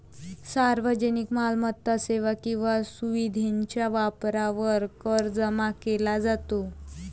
सार्वजनिक मालमत्ता, सेवा किंवा सुविधेच्या वापरावर कर जमा केला जातो